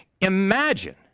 Imagine